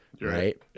right